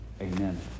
Amen